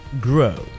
grow